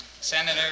Senator